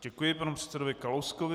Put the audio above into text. Děkuji panu předsedovi Kalouskovi.